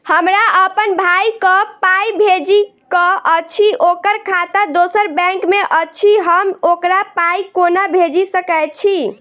हमरा अप्पन भाई कऽ पाई भेजि कऽ अछि, ओकर खाता दोसर बैंक मे अछि, हम ओकरा पाई कोना भेजि सकय छी?